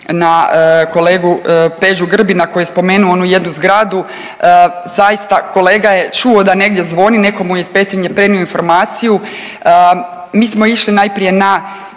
na kolegu Peđu Grbina koji je spomenuo onu jednu zgradu. Zaista kolega je čuo da negdje zvoni, neko mu je iz Petrinje prenio informaciju. Mi smo išli najprije na,